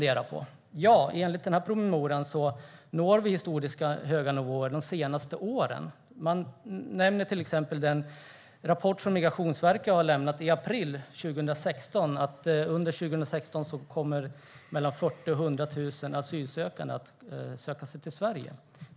Enligt promemorian har vi nått historiskt höga nivåer de senaste åren. Man nämner till exempel den rapport som Migrationsverket lämnade i april 2016 om att under 2016 kommer 40 000-100 000 asylsökande att söka sig till Sverige.